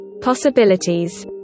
Possibilities